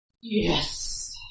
Yes